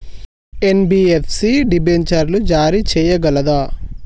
NBFC డిబెంచర్లు జారీ చేయగలదా?